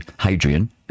Hadrian